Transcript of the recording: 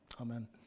Amen